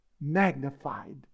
magnified